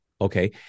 Okay